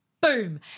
Boom